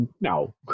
no